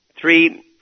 three